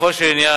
לגופו של עניין,